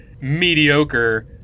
mediocre